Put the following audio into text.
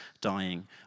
dying